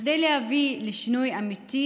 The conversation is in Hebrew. כדי להביא לשינוי אמיתי,